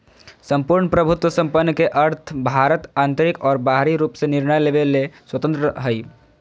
सम्पूर्ण प्रभुत्वसम्पन् के अर्थ भारत आन्तरिक और बाहरी रूप से निर्णय लेवे ले स्वतन्त्रत हइ